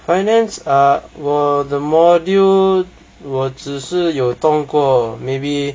finance err 我的 module 我只是有动过 maybe